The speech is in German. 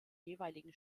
jeweiligen